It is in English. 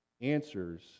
answers